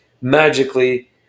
magically